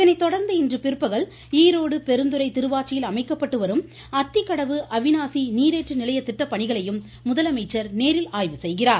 இதனை தொடர்ந்து இன்று பிற்பகல் ஈரோடு பெருந்துறை திருவாச்சியில் அமைக்கப்பட்டு வரும் அத்திக்கடவு அவிநாசி நீரேற்று நிலைய திட்ட பணிகளையும் முதலமைச்சர் நேரில் ஆய்வு செய்கிறார்